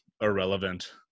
irrelevant